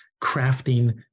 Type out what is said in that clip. crafting